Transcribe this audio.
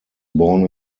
born